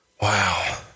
Wow